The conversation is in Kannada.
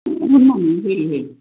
ಹೇಳಿ ಹೇಳಿ